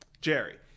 Jerry